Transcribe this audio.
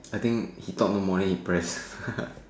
I think he thought no more already then he press